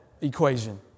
equation